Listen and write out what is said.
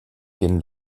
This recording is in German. den